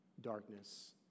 darkness